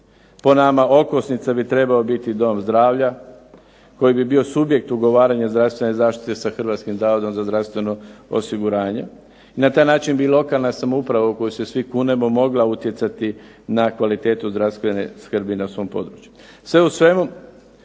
Po nama okosnica bi trebao biti dom zdravlja koji bi bio subjekt ugovaranja zdravstvene zaštite sa Hrvatskim zavodom za zdravstveno osiguranje. Na taj način bi lokalna samouprava u koju se svi kunemo mogla utjecati na kvalitetu zdravstvene skrbi na svom području.